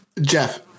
jeff